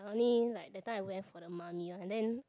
only like that time I wear for the Mummy one and then